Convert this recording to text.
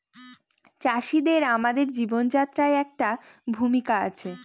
চাষিদের আমাদের জীবনযাত্রায় একটা ভূমিকা আছে